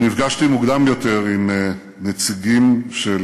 אני נפגשתי מוקדם יותר עם נציגים של